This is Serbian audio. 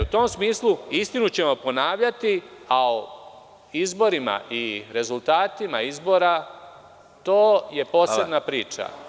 U tom smislu, istinu ćemo ponavljati, a o izborima i rezultatima izbora to je posebna priča.